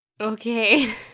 Okay